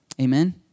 Amen